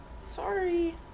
sorry